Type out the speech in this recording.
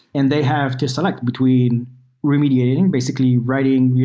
and they have to select between remediating, basically writing,